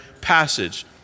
passage